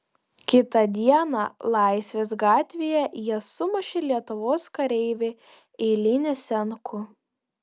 kitą dieną laisvės gatvėje jie sumušė lietuvos kareivį eilinį senkų